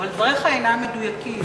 אבל דבריך אינם מדויקים.